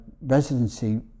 residency